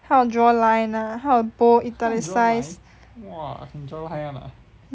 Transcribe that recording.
how to draw line ah how to bold italic size ya